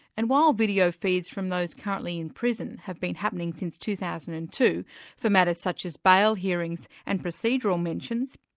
and while video feeds from those currently in prison have been happening since two thousand and two for matters such as bail hearings and procedural mentions,